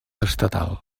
estatal